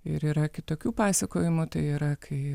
ir yra kitokių pasakojimų tai yra kai